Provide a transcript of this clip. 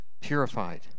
purified